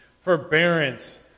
forbearance